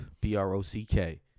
B-R-O-C-K